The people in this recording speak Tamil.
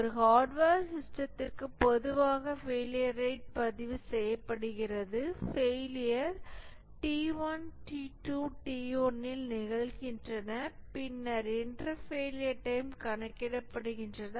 ஒரு ஹார்ட்வேர் சிஸ்டத்திற்கு பொதுவாக ஃபெயிலியர் ரேட் பதிவு செய்யப்படுகின்றன failure t 1 t 2 t n இல் நிகழ்கின்றன பின்னர் இன்டர் ஃபெயிலியர் டைம் கணக்கிடப்படுகின்றன